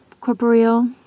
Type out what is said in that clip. corporeal